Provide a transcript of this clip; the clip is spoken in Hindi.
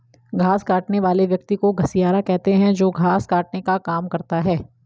घास काटने वाले व्यक्ति को घसियारा कहते हैं जो घास काटने का काम करता है